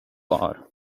are